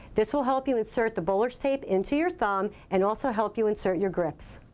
this will help you insert the bowler's tape into your thumb and also help you insert your grips.